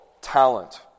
talent